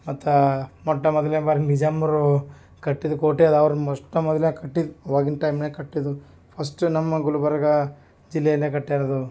ಮತ್ತು ಮೊಟ್ಟ ಮೊದಲನೇ ಬಾರಿ ನಿಜಾಮರು ಕಟ್ಟಿದ ಕೋಟೆ ಅದ ಅವ್ರು ಮೊಟ್ಟ ಮೊದಲನೇ ಕಟ್ಟಿದ ಆವಾಗಿನ ಟೈಮ್ನಾಗೆ ಕಟ್ಟಿದು ಫಸ್ಟ್ ನಮ್ಮ ಗುಲ್ಬರ್ಗಾ ಜಿಲ್ಲೆಯಲ್ಲೆ ಕಟ್ಟಿರೋದು